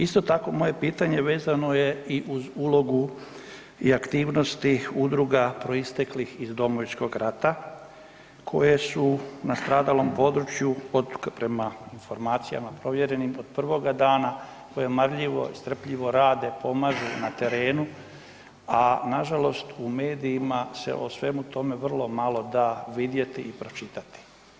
Isto tako moje pitanje vezano je i uz ulogu i aktivnosti udruga proisteklih iz Domovinskog rata koje su nastradalom području prema informacijama provjerenim od prvoga dana, koje marljivo i strpljivo rade, pomažu na terenu a nažalost u medijima se o svemu tome vrlo malo da vidjeti i pročitati.